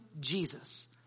Jesus